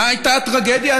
מה הייתה הטרגדיה?